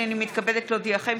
הינני מתכבדת להודיעכם,